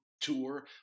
tour